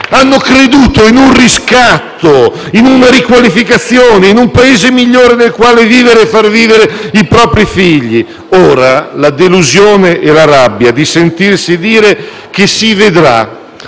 Hanno creduto in un riscatto, in una riqualificazione e in un Paese migliore nel quale vivere e far vivere i propri figli. Ora vivono la delusione e la rabbia di sentirsi dire che «si vedrà».